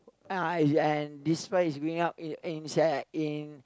uh uh and this price is going up in in in